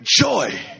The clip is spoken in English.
joy